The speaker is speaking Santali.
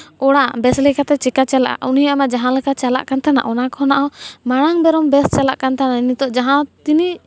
ᱚᱲᱟᱜ ᱵᱮᱥ ᱞᱮᱠᱟᱛᱮ ᱪᱮᱠᱟ ᱪᱟᱞᱟᱜᱼᱟ ᱩᱱᱤᱭᱟᱜ ᱢᱟ ᱡᱟᱦᱟᱸᱞᱮᱠᱟ ᱪᱟᱞᱟᱜ ᱠᱟᱱ ᱛᱟᱦᱮᱱᱟ ᱚᱱᱟ ᱠᱷᱚᱱᱟᱜᱦᱚᱸ ᱢᱟᱲᱟᱝ ᱵᱚᱨᱚᱝ ᱵᱮᱥ ᱪᱟᱞᱟᱜ ᱠᱟᱱ ᱛᱟᱦᱮᱱᱟ ᱱᱤᱛᱚᱜ ᱡᱟᱦᱟᱸ ᱛᱤᱱᱟᱹᱜ